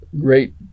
great